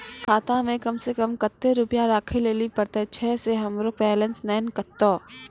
खाता मे कम सें कम कत्ते रुपैया राखै लेली परतै, छै सें हमरो बैलेंस नैन कतो?